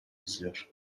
izliyor